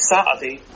Saturday